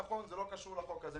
נכון, זה לא קשור לחוק הזה.